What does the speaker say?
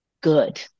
good